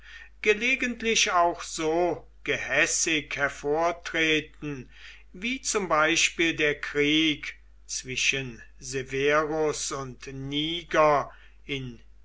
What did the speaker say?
gelegentlich auch so gehässig hervortreten wie zum beispiel der krieg zwischen severus und niger in